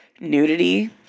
nudity